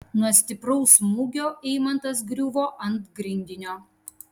nuo stipraus smūgio eimantas griuvo ant grindinio